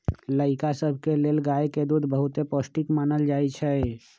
लइका सभके लेल गाय के दूध बहुते पौष्टिक मानल जाइ छइ